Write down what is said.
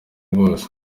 rwose